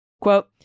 Quote